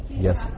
Yes